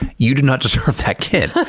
you do not deserve that kid.